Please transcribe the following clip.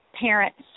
parents